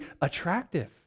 attractive